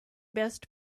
best